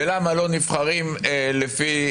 ולמה לא נבחרים לפי